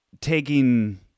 taking